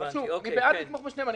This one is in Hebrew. אני בעד לתמוך בשניהם.